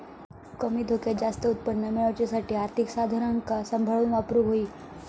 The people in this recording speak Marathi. कमी धोक्यात जास्त उत्पन्न मेळवच्यासाठी आर्थिक साधनांका सांभाळून वापरूक होई